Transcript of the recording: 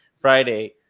Friday